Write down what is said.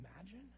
imagine